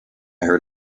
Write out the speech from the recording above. heard